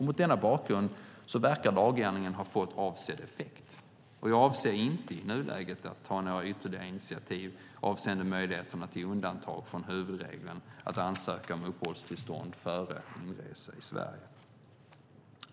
Mot denna bakgrund verkar lagändringen ha fått avsedd effekt, och jag avser i nuläget inte att ta några ytterligare initiativ avseende möjligheterna till undantag från huvudregeln att ansöka om uppehållstillstånd före inresa i Sverige.